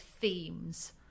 themes